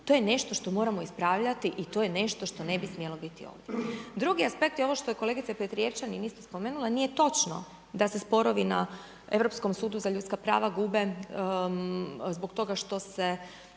to je nešto što moramo ispravljati i to je nešto što ne bi smjelo biti ovdje. Drugi aspekt je ovo što je kolegica Petrijevčanin isto spomenula nije točno da se sporovi na Europskom sudu za ljudska prava gube zbog toga što se